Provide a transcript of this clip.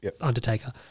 Undertaker